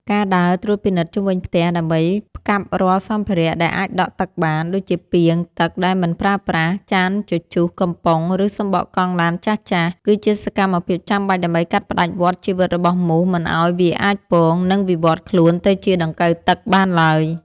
ការដើរត្រួតពិនិត្យជុំវិញផ្ទះដើម្បីផ្កាប់រាល់សម្ភារៈដែលអាចដក់ទឹកបាន ដូចជាពាងទឹកដែលមិនប្រើប្រាស់ ចានជជុះ កំប៉ុង ឬសំបកកង់ឡានចាស់ៗ គឺជាសកម្មភាពចាំបាច់ដើម្បីកាត់ផ្តាច់វដ្តជីវិតរបស់មូសមិនឱ្យវាអាចពង និងវិវត្តខ្លួនទៅជាដង្កូវទឹកបានឡើយ។